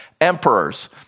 emperors